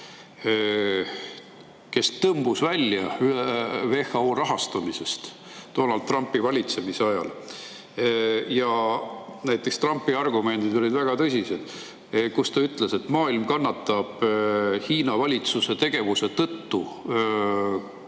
USA, tõmbus WHO rahastamisest Donald Trumpi valitsemisajal tagasi. Trumpi argumendid olid väga tõsised. Ta ütles, et maailm kannatab Hiina valitsuse tegevuse tõttu,